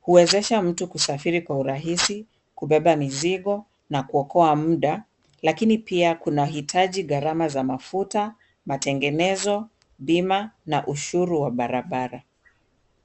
Huwezesha mtu kusafiri kwa urahisi, kubeba mizigo, na kuokoa muda, lakini pia kunahitaji gharama za mafuta, matengenezo, bima, na ushuru wa barabara.